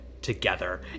together